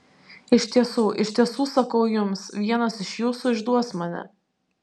iš tiesų iš tiesų sakau jums vienas iš jūsų išduos mane